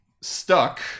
stuck